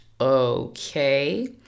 Okay